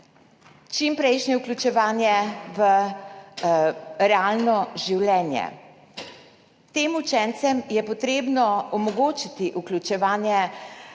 čimprejšnje vključevanje v realno življenje. Tem učencem je potrebno omogočiti vključevanje